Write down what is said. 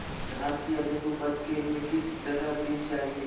धान की अधिक उपज के लिए किस तरह बीज चाहिए?